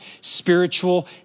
spiritual